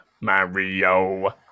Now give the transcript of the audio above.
Mario